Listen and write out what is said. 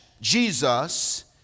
Jesus